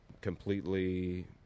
completely